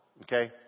okay